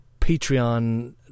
Patreon